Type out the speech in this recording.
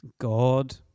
God